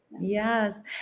Yes